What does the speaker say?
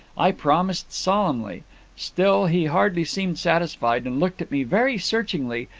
i promised solemnly still he hardly seemed satisfied, and looked at me very searchingly,